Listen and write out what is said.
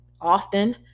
often